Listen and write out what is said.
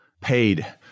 paid